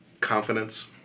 confidence